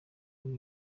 muri